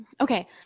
Okay